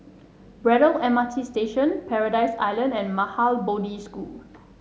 Braddell M R T Station Paradise Island and Maha Bodhi School